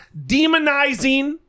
demonizing